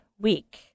week